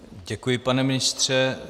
Děkuji, pane ministře.